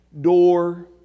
door